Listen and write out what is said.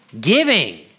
Giving